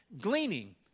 gleaning